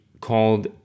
called